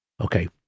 Okay